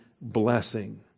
blessing